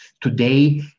today